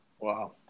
Wow